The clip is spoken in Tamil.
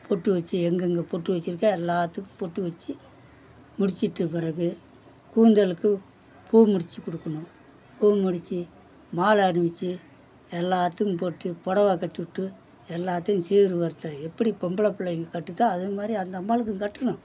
பொட்டு வச்சு எங்கெங்கே பொட்டு வைச்சுருக்கோ எல்லாத்துக்கும் பொட்டு வச்சு முடிச்சுட்டு பிறகு கூந்தலுக்கு பூ முடித்து கொடுக்கணும் பூ முடித்து மாலை அணிவித்து எல்லாத்துக்கும் போட்டு புடவை கட்டி விட்டு எல்லாத்தையும் சீர்வரிசை எப்படி பொம்பளை பிள்ளைங்க கட்டுதோ அதேமாதிரி அந்த அம்பாளுக்கும் கட்டணும்